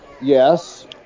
Yes